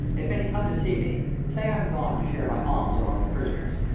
if any come to see me, say i'm gone to share my alms among the prisoners.